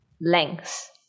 lengths